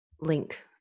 link